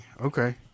okay